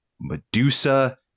Medusa